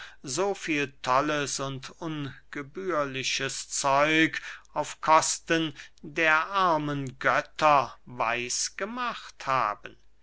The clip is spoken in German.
so viel tolles und ungebührliches zeug auf kosten der armen götter weiß gemacht haben